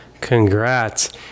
Congrats